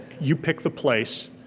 you pick the place,